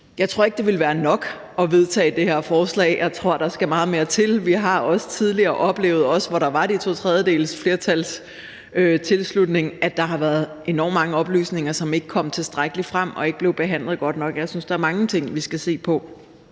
Jeg tror ikke, det vil være nok at vedtage det her forslag – jeg tror, der skal meget mere til. Vi har også tidligere oplevet, også hvor der var den totredjedelesflertalstilslutning, at der har været enormt mange oplysninger, som ikke kom tilstrækkeligt frem og ikke blev behandlet godt nok. Jeg synes, der er mange ting, vi skal se på